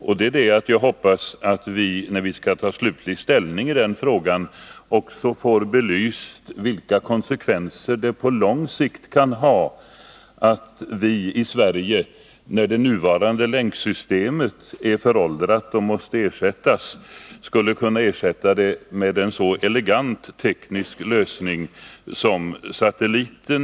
Jag hoppas nämligen att vi, när vi skall ta slutlig ställning i den frågan, får belyst vilka konsekvenser det på lång sikt kan ha om vi i Sverige skulle kunna ersätta det nuvarande länksystemet, när det är föråldrat, med en så elegant teknisk lösning som satelliten.